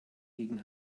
gegen